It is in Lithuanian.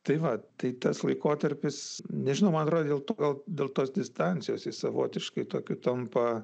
tai va tai tas laikotarpis nežinau man atrodo dėl to gal dėl tos distancijos savotiškai tokiu tampa